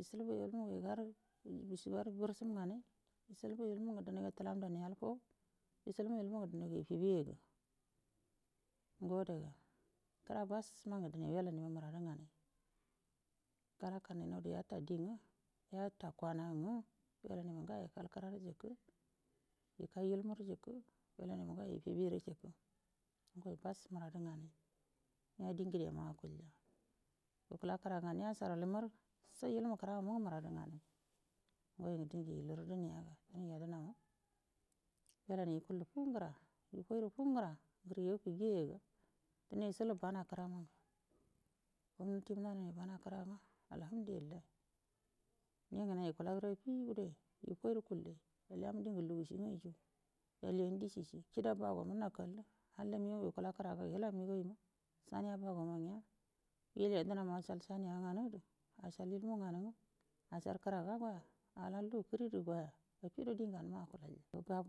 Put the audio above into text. ishilbu ilmu ngə igarə burshim nganai ishilbu ilmu ngə dinaigo təlam ndanai alfau ishilbu ilmu ngə dənaigo ife beyi agu ngo adaga kəra bass mangə dire wailanaima muradu nganai galakanai naudə yata di nga yata kwana nga yagənaima ngayo ikal kərarə jikə ika ilmurə jikə wailabaima ngayo ifebeyirə jikə ngai bass muradu nganai nya di ngədea akulya ikula kəraga nganai yasharal maru sai ilmu kəramamu muradu nganai yoyu ngə ingə iluru dine ga dinai yadəna ma wailanai ikullu fuungəra ifoiru fungəra ngərə yafugiyaya ga dine ishilbu bana kəra mangə gumnatima hananai bana kəra nga alhamdulillahi nugənai ikulaguru afidoya ifairə kullai yal yamu dingu lugushi nga ijingu yol yan dishishi kida bagomu hakalla halla unigau ngə ikula kəraga ga hila migau ima saniya bago namu wailu yadənama ashal saniya nganudu ashal ilmu nganə nga asharə kəraga goua al anə lugu ləridu goya afido dingə anma akulya.